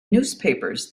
newspapers